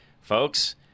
folks